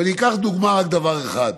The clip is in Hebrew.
אקח כדוגמה רק דבר אחד.